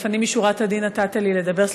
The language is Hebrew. לפנים משורת הדין נתת לי לדבר,